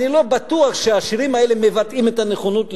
אני לא בטוח שהשירים האלה מבטאים את הנכונות לשלום,